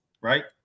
right